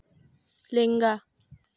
ᱞᱮᱸᱜᱟ